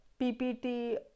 ppt